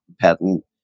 patent